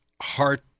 heart